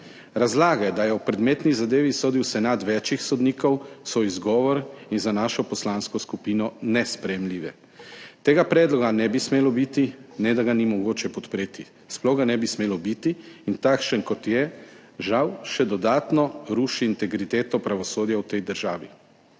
Razlage, da je o predmetni zadevi sodil senat več sodnikov, so izgovor in za našo poslansko skupino nesprejemljive. Tega predloga ne bi smelo biti. Ne da ga ni mogoče podpreti, sploh ga ne bi smelo biti. Takšen, kot je, žal še dodatno ruši integriteto pravosodja v tej državi.